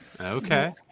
okay